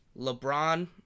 LeBron